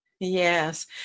Yes